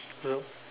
you know